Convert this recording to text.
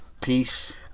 Peace